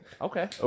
Okay